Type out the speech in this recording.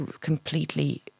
completely